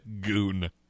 Goon